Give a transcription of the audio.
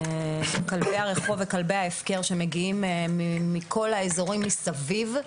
כלבי הרחוב וכלבי ההפקר שמגיעים מכל האזורים מסביב,